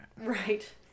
Right